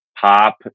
Pop